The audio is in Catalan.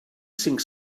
cinc